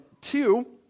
two